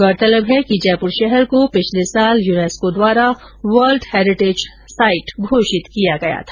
गौरतलब है कि जयपुर शहर को पिछले वर्ष यूनेस्को द्वारा वर्ल्ड हेरिटेज साइट घोषित किया गया था